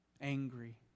angry